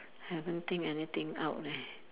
haven't think anything out leh